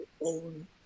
own